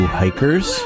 hikers